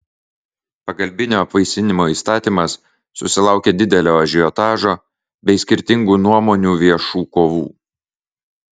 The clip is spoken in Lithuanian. pagalbinio apvaisinimo įstatymas susilaukė didelio ažiotažo bei skirtingų nuomonių viešų kovų